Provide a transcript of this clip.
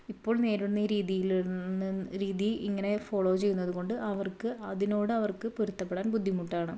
ഇപ്പോൾ നേരിടുന്ന ഈ രീതിയി രീതി ഇങ്ങനെ ഫോളോ ചെയ്യുന്നതുകൊണ്ട് അവർക്ക് അതിനോട് അവർക്ക് പൊരുത്തപെടാൻ ബുദ്ധിമുട്ടാണ്